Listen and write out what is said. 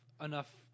enough